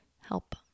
help